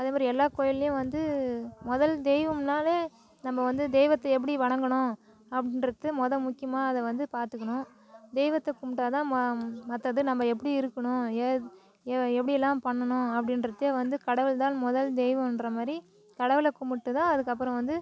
அதே மாதிரி எல்லா கோயில்லேயும் வந்து முதல் தெய்வம்னாலே நம்ம வந்து தெய்வத்தை எப்படி வணங்கணும் அப்படின்றது மொதல் முக்கியமாக அதை வந்து பார்த்துக்குணும் தெய்வத்தை கும்பிட்டாதான் ம மற்றது நம்ம எப்படி இருக்கணும் ஏ எ எப்படியெல்லாம் பண்ணணும் அப்படின்றதே வந்து கடவுள் தான் முதல் தெய்வம்ங்ற மாதிரி கடவுளை கும்பிட்டுதான் அதுக்கு அப்புறம் வந்து